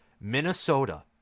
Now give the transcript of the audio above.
Minnesota